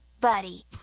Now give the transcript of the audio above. buddy